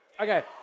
Okay